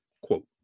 quote